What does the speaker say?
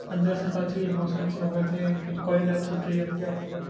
اندر سے کافی ایموشنل سے ہو گئے تھے کہ کالج لائف چھوٹ رہی ہے اب کیا ہوگا